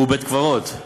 והוא בית-קברות.